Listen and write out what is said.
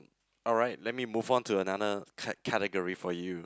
alright let me move on to another cat~ category for you